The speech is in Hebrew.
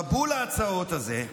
מבול ההצעות הזה,